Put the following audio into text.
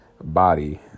body